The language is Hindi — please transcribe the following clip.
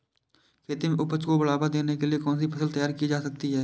खेती में उपज को बढ़ावा देने के लिए कौन सी फसल तैयार की जा सकती है?